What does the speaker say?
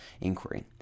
inquiry